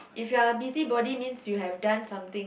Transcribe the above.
if you are busybody means you have done something